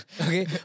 Okay